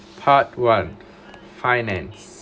part one finance